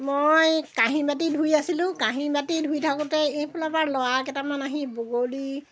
মই কাঁহী বাতি ধুই আছিলোঁ কাঁহী বতি ধুই থাকোঁতে এইফালৰ পৰা ল'ৰাকেইটামান আহি বগলী